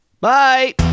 bye